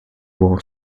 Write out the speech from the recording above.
war